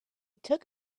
took